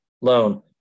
loan